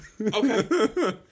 Okay